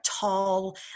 tall